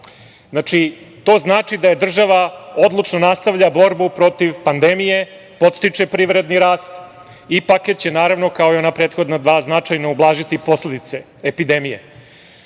dva. To znači da država odlučno nastavlja borbu protiv pandemije, podstiče privredni rast i paket će naravno, kao i ona prethodna dva, značajno ublažiti posledice epidemije.